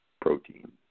protein